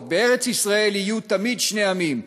"בארץ-ישראל יהיו תמיד שני עמים,